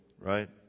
right